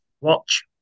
watch